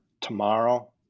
tomorrow